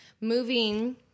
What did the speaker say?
moving